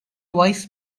vice